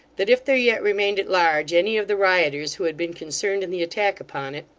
that if there yet remained at large any of the rioters who had been concerned in the attack upon it,